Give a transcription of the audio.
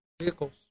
Vehicles